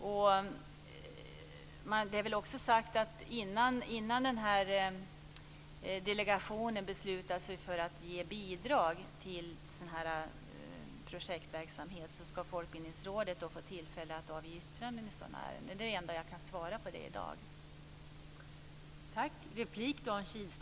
Det är väl också sagt att innan delegationen beslutar sig för att ge bidrag till sådan här projektverksamhet skall Folkbildningsrådet få tillfälle att avge yttranden i sådana ärenden. Det är det enda jag i dag kan svara i det avseendet.